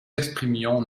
exprimions